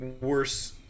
worse